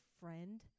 friend